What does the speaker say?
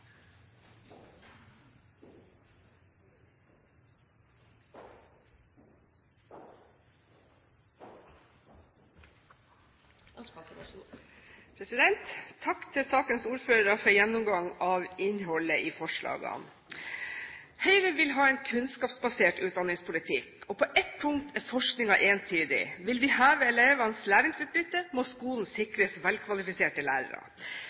Takk til saksordførerne for gjennomgang av innholdet i forslagene. Høyre vil ha en kunnskapsbasert utdanningspolitikk, og på ett punkt er forskningen entydig: Vil vi heve elevenes læringsutbytte, må skolen sikres velkvalifiserte lærere.